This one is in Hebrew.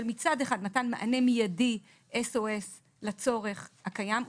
של מצד אחד מתן מענה מיידי S.O.S לצורך הקיים.